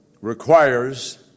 requires